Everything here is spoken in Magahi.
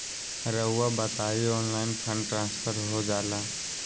रहुआ बताइए ऑनलाइन फंड ट्रांसफर हो जाला?